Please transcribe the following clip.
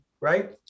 right